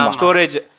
storage